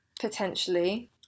Potentially